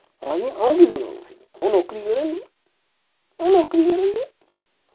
आखदिया अऊं किसे ना किसे अऊं नौकरी करा नी अ'ऊं नौकरी करा नी